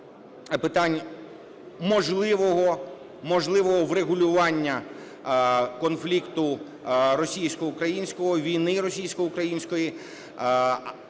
питань можливого врегулювання конфлікту російсько-українського, війни російсько-української.